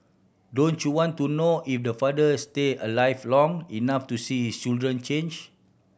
don't you want to know if the father stay alive long enough to see his children change